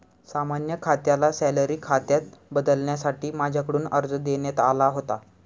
सामान्य खात्याला सॅलरी खात्यात बदलण्यासाठी माझ्याकडून अर्ज देण्यात आला होता